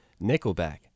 Nickelback